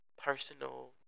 personal